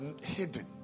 hidden